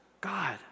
God